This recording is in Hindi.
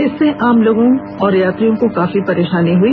इससे आम लोगों और यात्रियों को काफी परेशानी हई